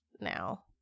now